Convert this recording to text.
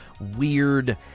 weird